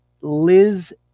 Liz